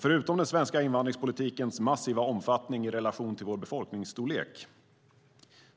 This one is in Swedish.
Förutom den svenska invandringens massiva omfattning i relation till vår befolkningsstorlek